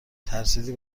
ترسیدی